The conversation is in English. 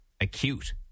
acute